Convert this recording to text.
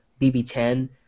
BB10